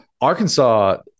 Arkansas